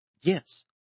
Yes